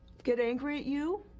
get angry at you,